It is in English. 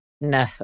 No